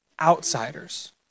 outsiders